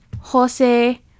jose